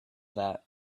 that